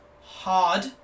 hard